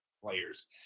players